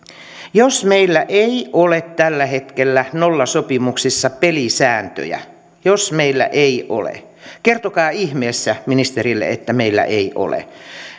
jos meillä ei ole tällä hetkellä nollasopimuksissa pelisääntöjä jos meillä ei ole kertokaa ihmeessä ministerille että meillä ei ole